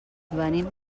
venim